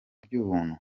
by’ubuntu